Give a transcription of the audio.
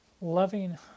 loving